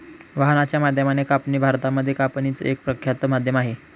वाहनाच्या माध्यमाने कापणी भारतामध्ये कापणीच एक प्रख्यात माध्यम आहे